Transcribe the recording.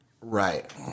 Right